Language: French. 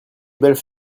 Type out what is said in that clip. belles